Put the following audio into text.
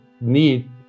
need